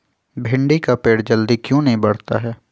भिंडी का पेड़ जल्दी क्यों नहीं बढ़ता हैं?